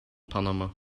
panama